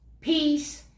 peace